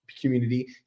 community